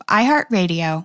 iHeartRadio